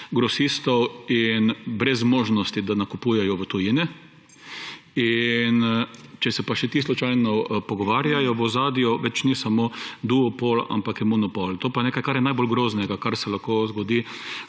grosistov in brez možnosti, da nakupujejo v tujini. Če se pa še ti slučajno pogovarjajo v ozadju več ni samo duopol, ampak je monopol. To je pa nekaj kar je najbolj groznega, kar se lahko zgodi